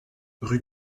rue